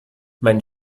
mein